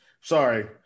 Sorry